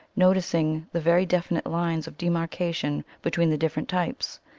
noticing the very definite lines of demarcation between the different types.